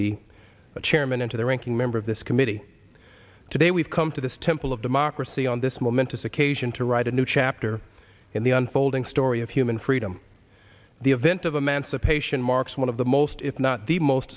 the chairman and to the ranking member of this committee today we've come to this temple of democracy on this momentous occasion to write a new chapter in the unfolding story of human freedom the event of a mancipation marks one of the most if not the most